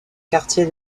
quartier